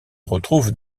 retrouvent